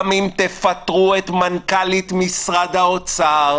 גם אם תפטרו את מנכ"לית משרד האוצר,